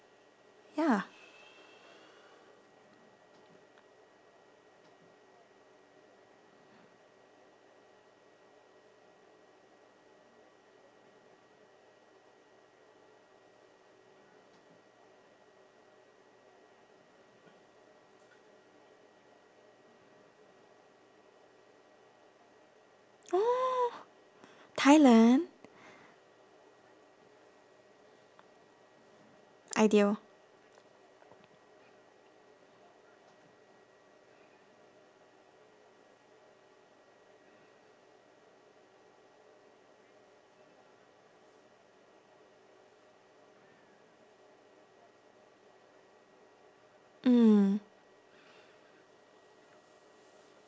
ya oh thailand ideal mm